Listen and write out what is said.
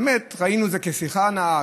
באמת ראיתי את זה כשיחה נאה,